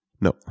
No